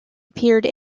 appeared